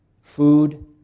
food